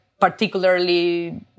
particularly